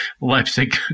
Leipzig